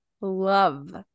love